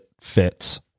fits